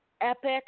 epic